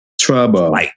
trouble